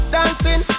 Dancing